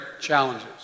challenges